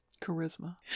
Charisma